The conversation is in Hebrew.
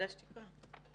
ההמלצות שלנו נשענות